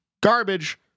Garbage